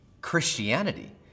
Christianity